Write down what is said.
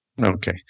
Okay